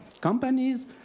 companies